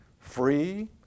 Free